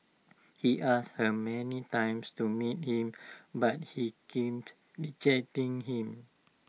he asked her many times to meet him but he kept rejecting him